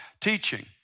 teaching